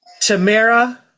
Tamara